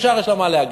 ישר יש לה מה להגיד.